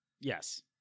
Yes